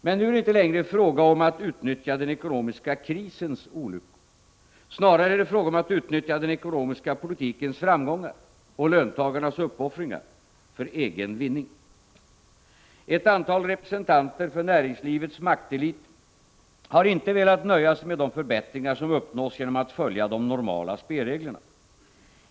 Men nu är det inte längre fråga om att utnyttja den ekonomiska krisens olyckor. Snarare är det fråga om att utnyttja den ekonomiska politikens framgångar — och löntagarnas uppoffringar — för egen vinning. Ett antal representanter för näringslivets maktelit har inte velat nöja sig med de förbättringar som uppnås genom att följa de normala spelreglerna.